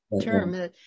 term